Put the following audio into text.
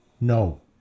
No